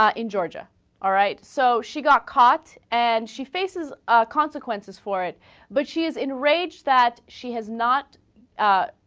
um in georgia alright so she got caught and she faces ah. consequences for it but she is in a rage that she has not ah.